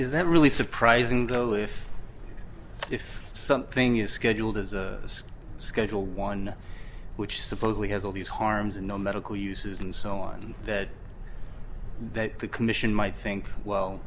is that really surprising goal if if something is scheduled as a schedule one which supposedly has all these harms and no medical uses and so on that the commission might think well